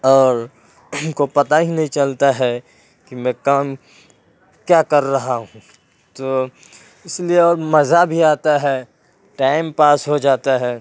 اور ہم کو پتہ ہی نہیں چلتا ہے کہ میں کام کیا کر رہا ہوں تو اس لیے اور مزہ بھی آتا ہے ٹائم پاس ہو جاتا ہے